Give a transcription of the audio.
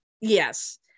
Yes